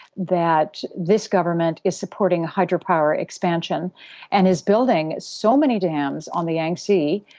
that this government is supporting hydropower expansion and is building so many dams on the yangtze,